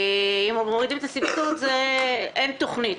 אם מורידים את הסבסוד אז אין תוכנית,